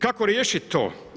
Kako riješiti to?